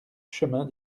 chemin